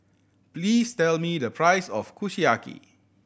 please tell me the price of Kushiyaki